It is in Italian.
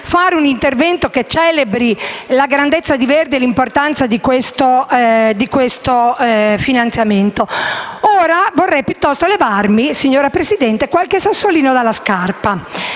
fare un intervento che celebri la grandezza di Verdi e l'importanza di questo finanziamento e vorrei, piuttosto, levarmi qualche sassolino dalla scarpa.